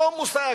אותו מושג,